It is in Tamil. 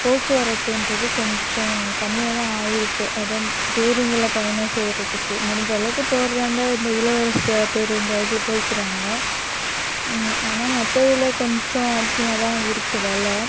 போக்குவரத்துகிறது கொஞ்சம் கம்மியாக தான் ஆகிருக்கு அதே பேருந்தில் பயணம் செய்கிறதுக்கு முடிஞ்ச அளவுக்கு போகிறதா இருந்தால் இந்த இலவச பேருந்து அதில் போயிக்கிறாங்க ஆனால் மற்றதுல கொஞ்சம் அதிகமாக தான் இருக்குது வில